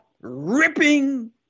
ripping